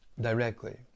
directly